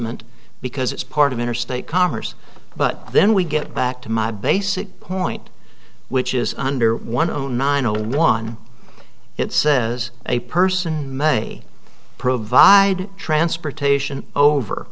ment because it's part of interstate commerce but then we get back to my basic point which is under one zero nine zero one it says a person may provide transportation over